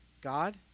God